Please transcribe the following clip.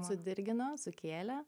sudirgino sukėlė